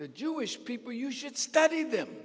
the jewish people you should study them